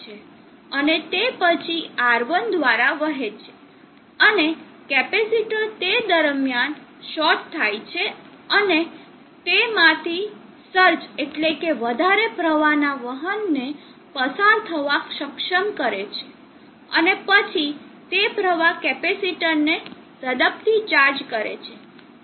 અને તે પછી R1 દ્વારા વહે છે અને કેપેસિટર તે સમય દરમિયાન શોર્ટ થાય છે અને તે માંથી સર્જ એટલે કે વધારે પ્રવાહના વહન ને પસાર થવા સક્ષમ કરે છે અને પછી તે પ્રવાહ કેપેસિટર ને ઝડપથી ચાર્જ કરે છે